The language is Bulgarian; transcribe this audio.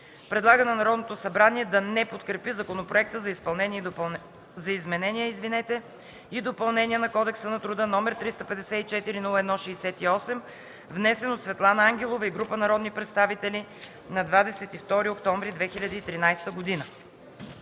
Предлага на Народното събрание да не подкрепи Законопроект за изменение и допълнение на Кодекса на труда, № 354-01-68, внесен от Светлана Ангелова и група народни представители на 22 октомври 2013 г.”